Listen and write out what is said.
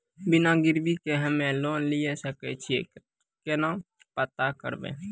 बिना गिरवी के हम्मय लोन लिये सके छियै केना पता करबै?